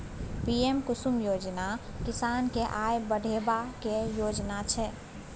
PM Kusum योजना किसान केर आय बढ़ेबाक योजना छै